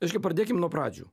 reiškia pradėkim nuo pradžių